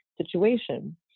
situation